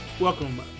Welcome